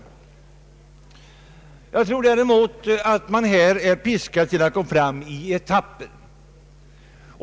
Jag tror att man här är tvungen att gå fram i etapper.